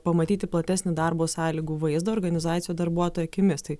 pamatyti platesnį darbo sąlygų vaizdą organizacijų darbuotojų akimis tai